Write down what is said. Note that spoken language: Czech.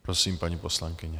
Prosím, paní poslankyně.